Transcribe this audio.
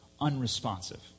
unresponsive